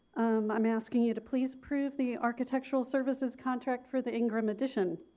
i'm asking you to please approve the architectural services contract for the ingraham addition.